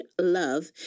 love